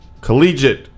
Collegiate